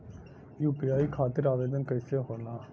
UPI खातिर आवेदन कैसे होला?